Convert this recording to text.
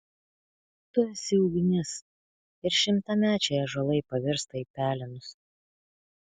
tu esi ugnis ir šimtamečiai ąžuolai pavirsta į pelenus